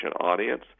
audience